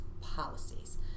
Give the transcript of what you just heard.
policies